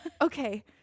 Okay